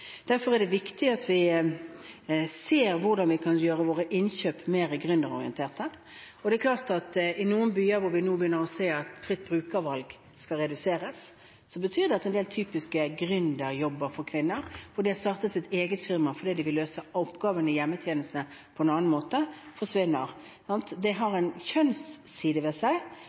Derfor er det viktig at vi ser på hvordan vi kan gjøre våre innkjøp mer gründerorientert. I noen byer hvor vi nå ser at fritt brukervalg skal reduseres, forsvinner en del typiske gründerjobber for kvinner som vil starte sitt eget firma fordi de vil løse oppgavene i hjemmetjenestene på en annen måte. Det har en kjønnsside ved seg